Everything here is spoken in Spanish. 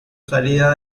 salida